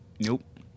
nope